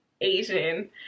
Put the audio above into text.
Asian